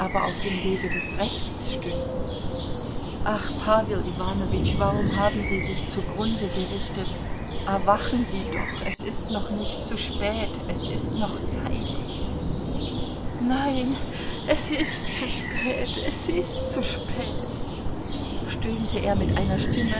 auf dem wege des rechts stünden ach pawel iwanowitsch warum haben sie sich zugrunde gerichtet erwachen sie doch es ist noch nicht zu spät es ist noch zeit nein es ist zu spät es ist zu spät stöhnte er mit einer stimme